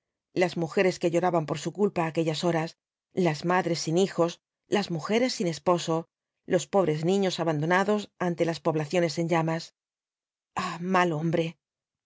las mujeres que lloraban por su culpa á aquellas horas las madres sin hijos las mujeres sin esposo los pobres niños abandona ios ante as poblaciones en llamas ah mal hombre